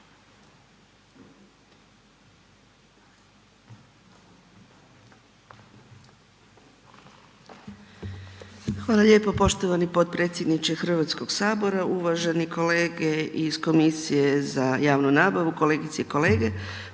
Hvala lijepo poštovani potpredsjedniče Hrvatskog sabora, uvaženi kolege iz komisije za javnu nabavu, kolegice i kolege.